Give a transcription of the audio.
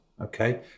okay